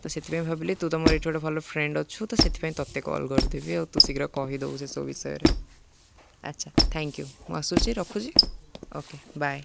ତ ସେଥିପାଇଁ ଭାବିଲି ତୁ ତମର ଏଠ ଗଟେ ଭଲ ଫ୍ରେଣ୍ଡ ଅଛୁ ତ ସେଥିପାଇଁ ତତେ କଲ୍ କରିଦେବି ଆଉ ତୁ ଶୀଘ୍ର କହିଦବୁ ସେସବ ବିଷୟରେ ଆଚ୍ଛା ଥ୍ୟାଙ୍କ ୟୁ ମୁଁ ଆସୁଚି ରଖୁଚି ଓକେ ବାଏ